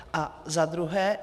A zadruhé.